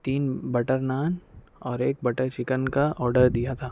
تین بٹر نان اور ایک بٹر چکن کا آرڈر دیا تھا